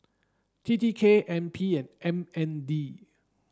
T T K N P and M N D